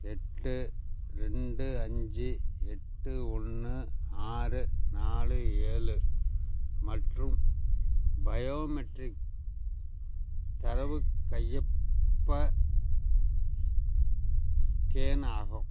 எட்டு ரெண்டு அஞ்சு எட்டு ஒன்று ஆறு நாலு ஏழு மற்றும் பயோமெட்ரிக் தரவு கையொப்ப ஸ்கேன் ஆகும்